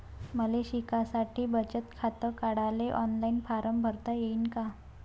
मले शिकासाठी बचत खात काढाले ऑनलाईन फारम भरता येईन का?